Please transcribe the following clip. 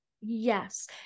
Yes